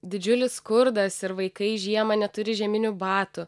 didžiulis skurdas ir vaikai žiemą neturi žieminių batų